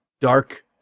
dark